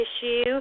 issue